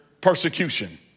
persecution